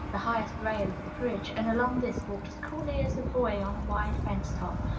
the highest rail of the bridge, and along this walked as coolly as a boy on a wide fence-top,